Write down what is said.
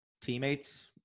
teammates